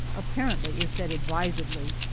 apparently, is said advisedly,